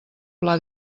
pla